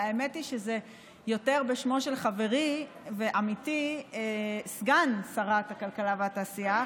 והאמת היא שזה יותר בשמו של חברי ועמיתי סגן שרת הכלכלה והתעשייה,